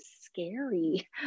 scary